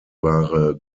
ware